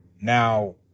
Now